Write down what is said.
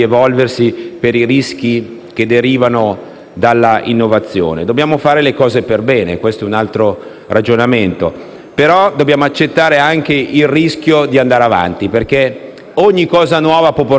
dall'innovazione. Dobbiamo fare le cose perbene - questo è un altro ragionamento - però dobbiamo accettare anche il rischio di andare avanti, perché ogni cosa nuova può portare dei problemi, ma bisogna vedere come vengono